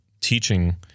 teaching